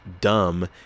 Dumb